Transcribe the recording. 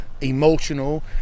emotional